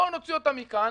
בואו נוציא אותם מכאן,